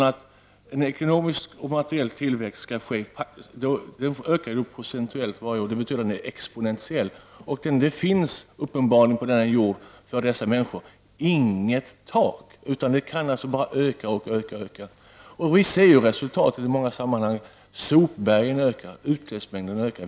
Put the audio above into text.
Den ekonomiska och materiella tillväxten ökar ju procentuellt varje år. Det betyder att den är exponentiell. Och det finns uppenbarligen på denna jord för vissa människor inget tak, utan tillväxten kan bara öka och öka. Vi ser resultatet i många sammanhang: sopbergen ökar och utsläppsmängden ökar.